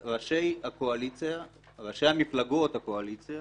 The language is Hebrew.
של ראשי מפלגות הקואליציה